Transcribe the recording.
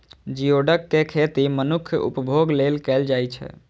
geoduck के खेती मनुक्खक उपभोग लेल कैल जाइ छै